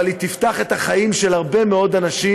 אבל היא תפתח את החיים של הרבה מאוד אנשים,